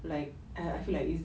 like I feel like it's